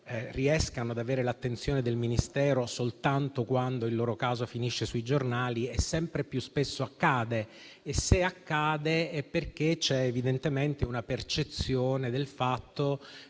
riescano ad avere l'attenzione del Ministero soltanto quando il loro caso finisce sui giornali. Sempre più spesso accade e, se accade, è perché c'è evidentemente una percezione del fatto